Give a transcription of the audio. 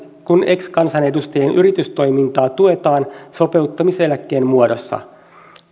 kun ex kansanedustajien yritystoimintaa tuetaan sopeuttamiseläkkeen muodossa